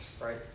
Right